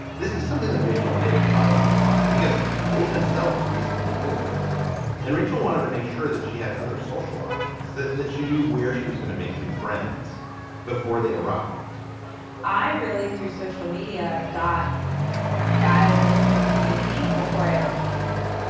this is something that rachel and dave have thought about a lot because they themselves recently moved and rachel wanted to make sure that she had other social options, that that she knew where she was going to make new friends before they arrived i really, through social media, got dialed in to the community before i ever came here.